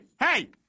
hey